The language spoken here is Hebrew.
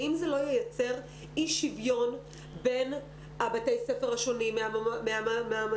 האם זה לא ייצר אי שוויון בין בתי הספר השונים מהמעמדות